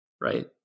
right